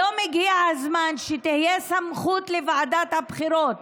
היום הגיע הזמן שתהיה סמכות לוועדת הבחירות